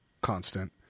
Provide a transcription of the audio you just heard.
constant